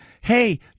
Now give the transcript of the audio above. hey